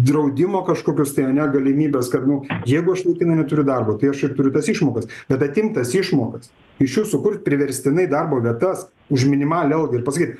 draudimo kažkokios tai ane galimybes kad nu jeigu aš laikinai neturiu darbo tai aš ir turiu tas išmokas bet atimt tas išmokas iš jų sukurt priverstinai darbo vietas už minimalią algą ir pasakyt